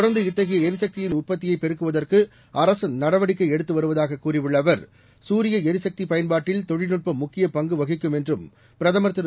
தொடர்ந்து இத்தகைய எரிசக்தியின் உற்பத்தியை பெருக்குவதற்கு அரசு நடவடிக்கை எடுத்து வருவதாக கூறியுள்ள அவர் சூரிய எரிசக்தி பயன்பாட்டில் தொழில்நுட்பம் முக்கியப் பங்கு வகிக்கும் என்று பிரதமர் திரு